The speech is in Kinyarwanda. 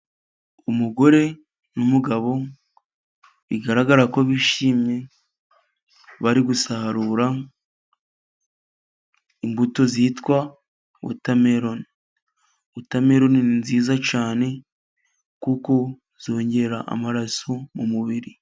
Umugore n'umugabo bigaragara ko bishimye, bari gusarura imbuto zitwa wotameroni. Wotameroni ni nziza cyane kuko zongera amaraso mu mubiri.